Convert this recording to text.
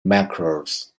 macros